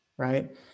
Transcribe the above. Right